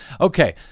Okay